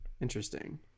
interesting